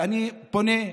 ואני פונה,